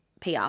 PR